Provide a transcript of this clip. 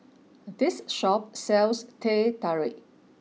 this shop sells Teh Tarik